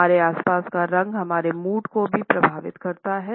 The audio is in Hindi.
हमारे आसपास का रंग हमारे मूड को भी प्रभावित करता है